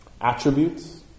attributes